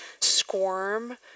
squirm